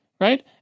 right